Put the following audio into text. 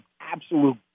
absolute